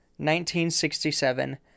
1967